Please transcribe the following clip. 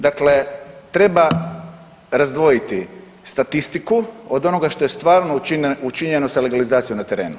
Dakle, treba razdvojiti statistiku od onoga što je stvarno učinjeno sa legalizacijom na terenu.